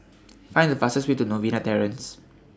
Find The fastest Way to Novena Terrace